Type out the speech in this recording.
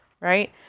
right